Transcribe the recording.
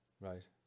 Right